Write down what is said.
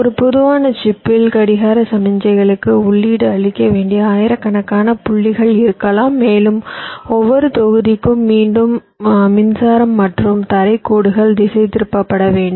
ஒரு பொதுவான சிப்பில் கடிகார சமிக்ஞைகளுக்கு உள்ளீடு அளிக்க வேண்டிய ஆயிரக்கணக்கான புள்ளிகள் இருக்கலாம் மேலும் ஒவ்வொரு தொகுதிக்கும் மீண்டும் மின்சாரம் மற்றும் தரை கோடுகள் திசைதிருப்பப்பட வேண்டும்